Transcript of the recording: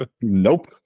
nope